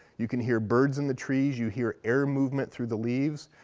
you can hear birds in the trees. you hear air movement through the leaves.